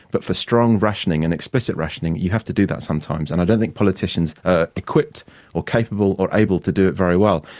but for strong rationing and explicit rationing you have to do that sometimes, and i don't think politicians are equipped or capable or able to do it very well.